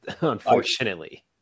unfortunately